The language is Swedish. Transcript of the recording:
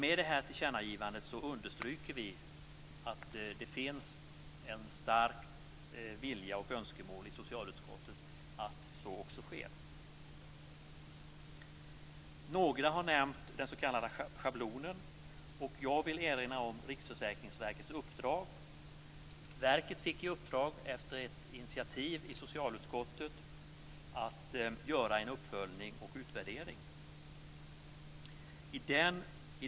Med tillkännagivandet understryker utskottet att det finns en stark vilja och ett starkt önskemål i socialutskottet att så också sker. Några har nämnt den s.k. schablonen. Jag vill erinra om Riksförsäkringsverkets uppdrag. Verket fick i uppdrag efter ett initiativ i socialutskottet att göra en uppföljning och utvärdering.